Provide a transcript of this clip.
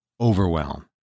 overwhelm